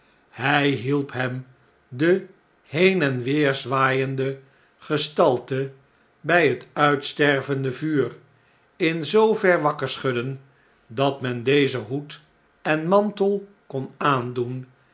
hij hielp hem de heenen weerzwaaiende gestalte btj het uitstervende vuur in zoover wakker schudden dat men deze hoed en mantel kon aandoen